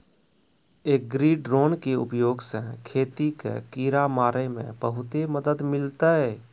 agri drone के उपयोग स खेत कॅ किड़ा मारे मॅ बहुते मदद मिलतै